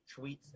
tweets